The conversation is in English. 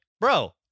bro